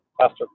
Pastor